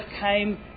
came